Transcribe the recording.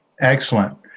Excellent